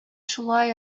шулай